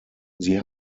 sie